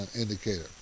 indicator